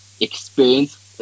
experience